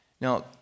Now